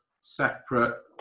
separate